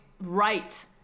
right